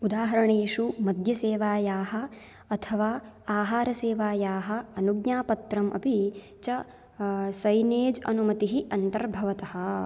उदाहरणेषु मध्यसेवायाः अथवा आहारसेवायाः अनुज्ञापत्रम् अपि च सैनेज् अनुमतिः अन्तर्भवतः